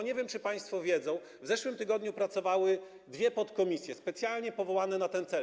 Nie wiem, czy państwo wiedzą, że w zeszłym tygodniu pracowały dwie podkomisje, specjalnie powołane do tego celu.